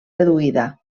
reduïda